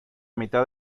mitad